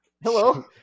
Hello